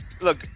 Look